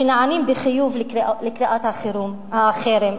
שנענים בחיוב לקריאות החרם?